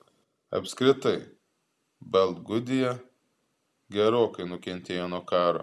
apskritai baltgudija gerokai nukentėjo nuo karo